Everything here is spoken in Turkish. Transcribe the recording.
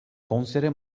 konsere